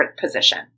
position